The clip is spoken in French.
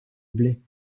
blaye